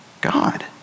God